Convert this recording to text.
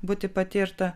būti patirta